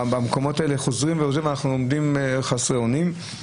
במקומות האלה ואנחנו עומדים חסרי אונים.